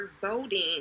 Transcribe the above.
voting